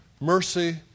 mercy